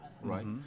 right